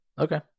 Okay